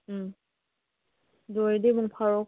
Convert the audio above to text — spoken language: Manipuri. ꯎꯝ ꯑꯗꯨ ꯑꯣꯏꯔꯗꯤ ꯃꯪ ꯐꯔꯣ